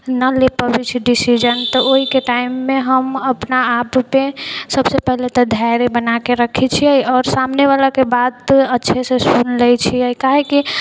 नहि ले पबैत छै डिसिजन तऽ ओहिके टाइममे हम अपना आपपे सबसे पहले तऽ धैर्य बनाके रखैत छियै आओर सामने वालाके बात अच्छे से सुन लय छियै काहेकि